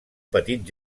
petit